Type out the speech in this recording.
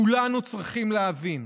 כולנו צריכים להבין: